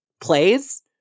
plays